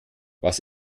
was